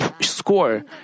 score